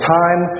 time